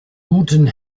guten